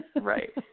Right